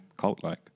cult-like